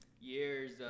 years